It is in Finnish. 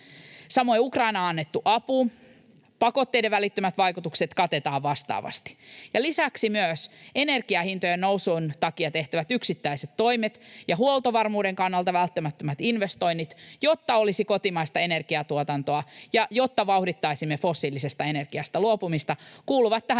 Samoin Ukrainaan annettu apu, pakotteiden välittömät vaikutukset, katetaan vastaavasti. Lisäksi myös energiahintojen nousun takia tehtävät yksittäiset toimet ja huoltovarmuuden kannalta välttämättömät investoinnit, jotta olisi kotimaista energiantuotantoa ja jotta vauhdittaisimme fossiilisesta energiasta luopumista, kuuluvat tähän